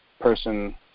person